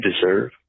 deserve